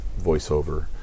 voiceover